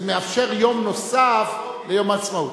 זה מאפשר יום נוסף ליום העצמאות.